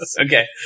Okay